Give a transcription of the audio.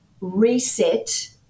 reset